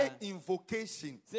invocation